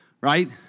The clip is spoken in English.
Right